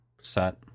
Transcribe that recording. set